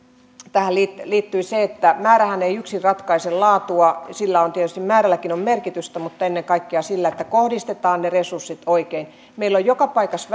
tähän liittyy myöskin se että määrähän ei yksin ratkaise laatua on tietysti määrälläkin merkitystä mutta ennen kaikkea sillä että kohdistetaan ne resurssit oikein meillä on joka paikassa